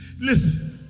Listen